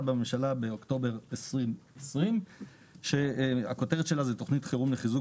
בממשלה באוקטובר 2020 שהכותרת שלה היא תוכנית חירום לחיזוק